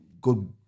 good